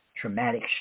traumatic